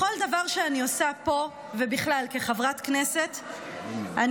בכל דבר שאני עושה פה ובכלל כחברת כנסת אני